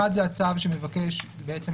אחד זה הצו שמבקש בעצם,